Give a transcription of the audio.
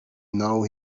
know